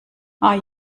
are